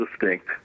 distinct